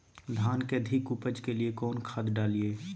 धान के अधिक उपज के लिए कौन खाद डालिय?